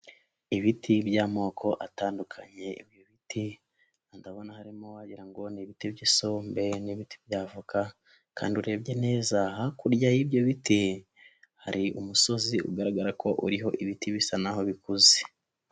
Ibiti by'amoko atandukanye, ibiti ndabona harimo wagira ngo ni ibiti by'sombe n'ibiti by'avoka kandi urebye neza hakurya y'ibyo biti hari umusozi ugaragara ko uriho ibiti bisa naho bikuze.